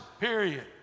Period